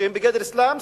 הם בגדר סלאמס.